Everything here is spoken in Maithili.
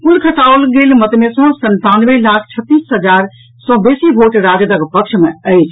कुल खसाओल गेल मत मे सॅ संतानवे लाख छत्तीस हजार सॅ बेसी भोट राजदक पक्ष मे अछि